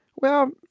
well,